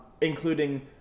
including